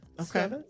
Okay